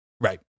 Right